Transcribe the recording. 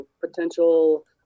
potential